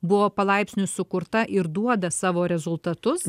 buvo palaipsniui sukurta ir duoda savo rezultatus